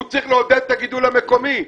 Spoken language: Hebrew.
הוא צריך לעודד את הגידול המקומי.